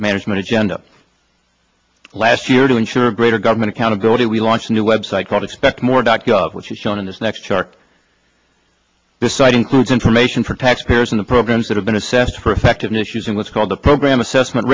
management agenda last year to ensure greater government accountability we launched a new website called expect more dot gov which is shown in this next chart this site includes information for taxpayers in the programs that have been assessed for effectiveness using what's called the program assessment